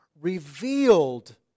revealed